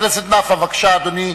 חבר הכנסת נפאע, אדוני,